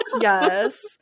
Yes